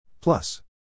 Plus